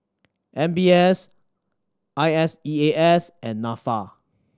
M B S I S E A S and Nafa